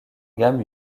gammes